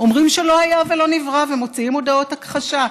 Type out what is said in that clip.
אומרים שלא היה ולא נברא ומוציאים הודעת הכחשה.